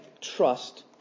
trust